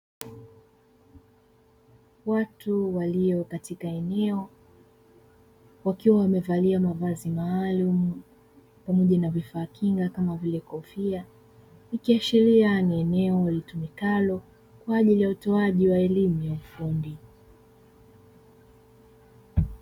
Watu walio katika eneo wakiwa wamevalia mavazi maalumu pamoja na vifaa kinga kama vile kofia, ikiashiria ni eneo litumikalo kwa ajili ya utoaji wa elimu ya ufundi.